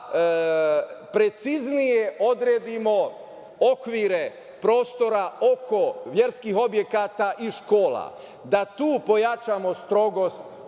da preciznije odredimo okvire prostora oko verskih objekata i škola, da tu pojačamo strogost